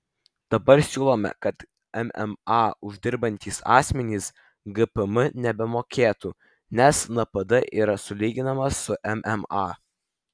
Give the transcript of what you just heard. dabar siūlome kad mma uždirbantys asmenys gpm nebemokėtų nes npd yra sulyginamas su mma